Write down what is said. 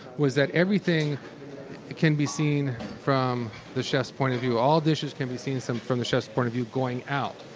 was that everything can be seen from the chef's point of view. all dishes can be seen so from the chef's point of view going out,